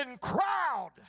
crowd